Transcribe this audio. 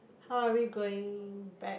how are we going back